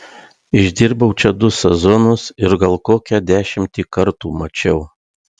išdirbau čia du sezonus ir gal kokią dešimtį kartų mačiau